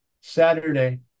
Saturday